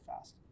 fast